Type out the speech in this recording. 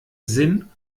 sinn